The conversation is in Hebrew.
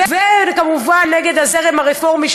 וכמובן נגד הזרם הרפורמי,